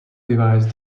device